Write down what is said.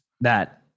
That-